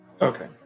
okay